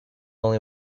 only